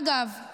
אגב,